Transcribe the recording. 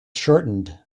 shortened